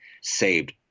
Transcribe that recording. saved